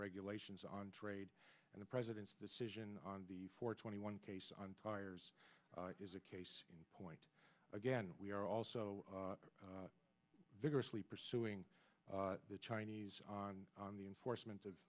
regulations on trade and the president's decision on the four twenty one case on pyres is a case in point again we are also vigorously pursuing the chinese on the enforcement